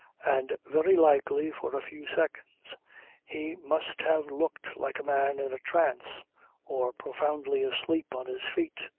and very likely for a few seconds he must have looked like a man in a trance or profoundly asleep on his feet,